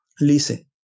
Listen